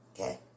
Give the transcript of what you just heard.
okay